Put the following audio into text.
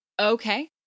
okay